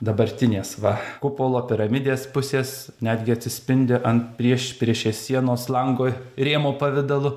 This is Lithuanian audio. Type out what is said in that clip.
dabartinės va kupolo piramidės pusės netgi atsispindi ant priešpriešės sienos lango rėmo pavidalu